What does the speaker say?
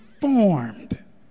formed